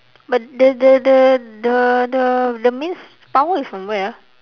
but the the the the the the main power is from where ah